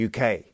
UK